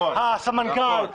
את הסמנכ"ל,